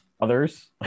others